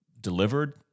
delivered